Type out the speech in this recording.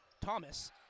Thomas